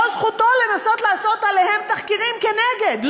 לא זכותו לנסות לעשות עליהם תחקירים שכנגד.